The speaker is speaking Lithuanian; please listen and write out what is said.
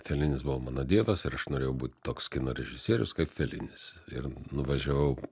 felinis buvo mano dievas ir aš norėjau būt toks kino režisierius kaip felinis ir nuvažiavau